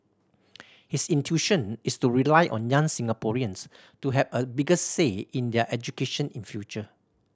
his intuition is to rely on young Singaporeans to have a bigger say in their education in future